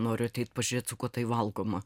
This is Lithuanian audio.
noriu ateit pažiūrėt su kuo tai valgoma